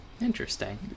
Interesting